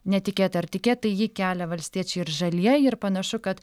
netikėta ar tikėta jį kelia valstiečiai ir žalieji ir panašu kad